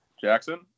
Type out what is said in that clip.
Jackson